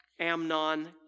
Amnon